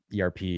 ERP